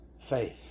faith